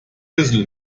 bissl